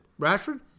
Rashford